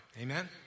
Amen